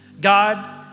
God